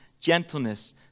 gentleness